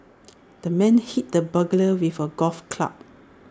the man hit the burglar with A golf club